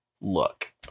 Look